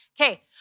Okay